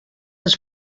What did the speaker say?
has